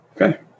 Okay